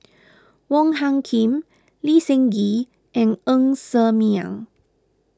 Wong Hung Khim Lee Seng Gee and Ng Ser Miang